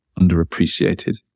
underappreciated